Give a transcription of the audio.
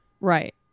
Right